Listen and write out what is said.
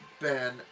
Ben